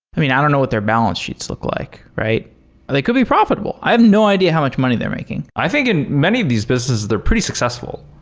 i mean, i don't know what their balance sheets look like. they could be profitable. i have no idea how much money they're making i think in many of these businesses, they're pretty successful.